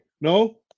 No